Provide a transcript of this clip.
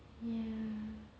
ya